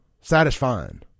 satisfying